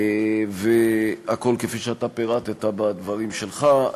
והכול כפי שאתה פירטת בדברים שלך.